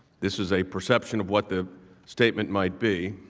this is a perception of what the statement may be.